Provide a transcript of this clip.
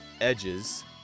Edges